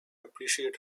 appreciate